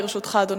לרשותך, אדוני,